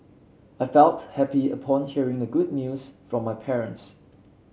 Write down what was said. I felt happy upon hearing the good news from my parents